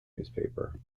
newspaper